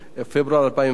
פברואר 2010,